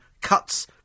cuts